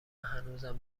هنوزم